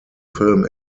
film